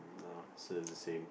no so it's the same